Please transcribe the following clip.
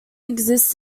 exists